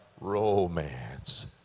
romance